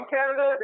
Canada